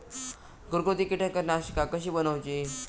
घरगुती कीटकनाशका कशी बनवूची?